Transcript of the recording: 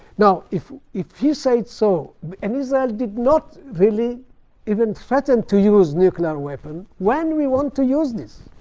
now, if if he said so and israel did not really even threaten to use nuclear weapon, when we want to use this?